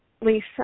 Lisa